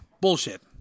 Bullshit